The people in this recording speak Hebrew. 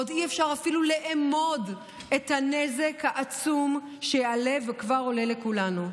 ועוד אי-אפשר אפילו לאמוד את הנזק העצום שיעלה וכבר עולה לכולנו.